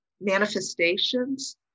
manifestations